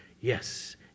Yes